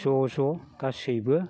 ज' ज' गासैबो